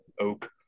oak